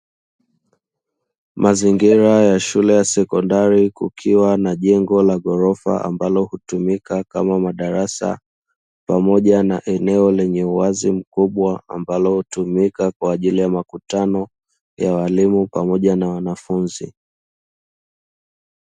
Mazingira ya shule ya sekondari kukiwa na jengo la ghorofa ambalo hutumika kama madarasa, pamoja na eneo lenye uwazi mkubwa ambalo hutumika kwa ajili ya makutano ya walimu pamoja na wanafunzi.